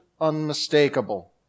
unmistakable